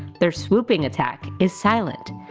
their swooping attack is silent,